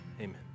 Amen